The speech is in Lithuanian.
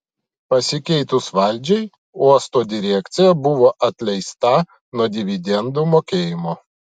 pasikeitus valdžiai uosto direkcija buvo atleista nuo dividendų mokėjimo